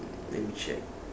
let me check